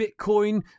Bitcoin